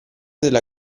della